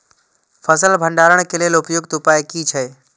फसल भंडारण के लेल उपयुक्त उपाय कि छै?